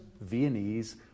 Viennese